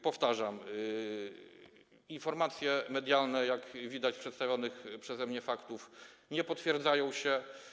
Powtarzam: informacje medialne, jak widać z przedstawionych przeze mnie faktów, nie potwierdzają się.